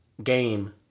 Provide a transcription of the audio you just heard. Game